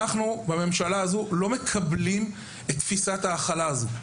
שבממשלה הזו אנחנו לא מקבלים יותר את מדיניות ההכלה הזו.